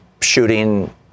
shooting